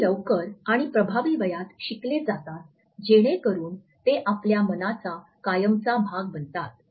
अगदी लवकर आणि प्रभावी वयात शिकले जातात जेणेकरून ते आपल्या मनाचा कायमचा भाग बनतात